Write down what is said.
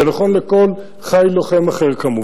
זה נכון לכל חיל לוחם אחר כמובן,